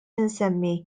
insemmi